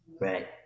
Right